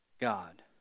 God